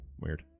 weird